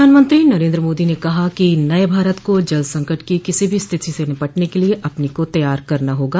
प्रधानमंत्री नरेन्द्र मोदी ने कहा है कि नये भारत को जल संकट की किसी भी स्थिति से निपटने के लिए अपने को तैयार करना होगा